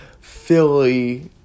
Philly